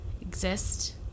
exist